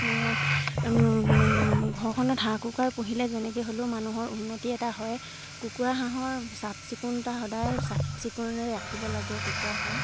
ঘৰখনত হাঁহ কুকুৰা পুহিলে যেনেকে হ'লেও মানুহৰ উন্নতি এটা হয় কুকুৰা হাঁহৰ চাফ চিকুণ এটা সদায় চাফ চিকুণৰে ৰাখিব লাগে কুকুৰা হাঁহ